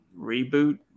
reboot